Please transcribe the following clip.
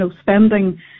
spending